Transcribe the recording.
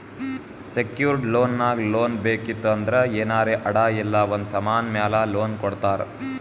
secured loan ನಾಗ್ loan ಬೇಕಿತ್ತು ಅಂದ್ರ ಏನಾರೇ ಅಡಾ ಇಲ್ಲ ಒಂದ್ ಸಮಾನ್ ಮ್ಯಾಲ ಲೋನ್ ಕೊಡ್ತಾರ್